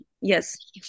yes